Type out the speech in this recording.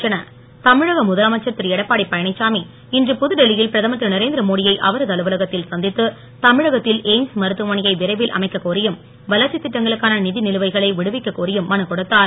எடப்பாடி தமிழக முதலமைச்சர் திரு எடப்பாடி பழனிச்சாமி இன்று புதுடெல்லியில் பிரதமர் திரு நரேந்திரமோடியை அவரது அலுவலகத்தில் சந்தித்து தமிழகத்தில் எய்ம்ஸ் மருத்துவமனையை விரைவில் அமைக்க கோரியும் வளர்ச்சி திட்டங்களுக்கான நிதி நிலுவைகளை விடுவிக்க கோரியும் மனுக் கொடுத்தார்